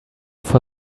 for